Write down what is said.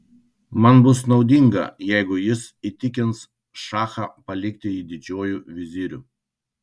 man bus naudinga jeigu jis įtikins šachą palikti jį didžiuoju viziriu